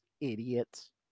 idiots